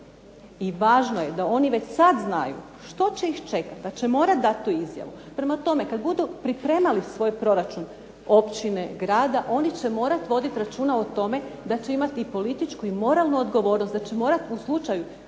I važno je da oni već sad znaju što će ih čekati, da će morati dati tu izjavu. Prema tome, kad budu pripremali svoj proračun općine, grada oni će morati voditi računa o tome da će imati političku i moralnu odgovornost, da će morati u slučaju